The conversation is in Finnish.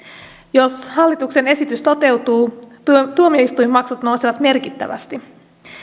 jos hallituksen esitys toteutuu tuomioistuinmaksut nousevat merkittävästi